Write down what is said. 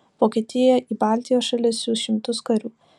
vokietija į baltijos šalis siųs šimtus karių